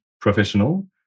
professional